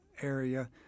area